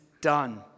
done